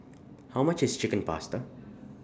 How much IS The Chicken Pasta